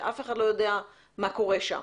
שאף אחד לא יודע מה קורה שם.